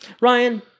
Ryan